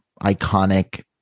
iconic